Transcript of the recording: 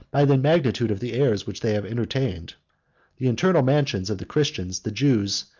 by the magnitude of the errors which they have entertained the eternal mansions of the christians, the jews,